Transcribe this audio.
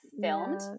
filmed